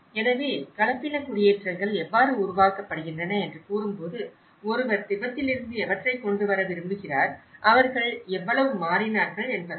எனவே கலப்பின குடியேற்றங்கள் எவ்வாறு உருவாக்கப்படுகின்றன என்று கூறும்போது ஒருவர் திபெத்திலிருந்து எவற்றை கொண்டு வர விரும்புகிறார் அவர்கள் எவ்வளவு மாறினார்கள் என்பதாகும்